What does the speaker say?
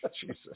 Jesus